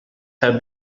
have